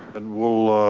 and we'll,